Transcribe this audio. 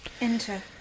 Enter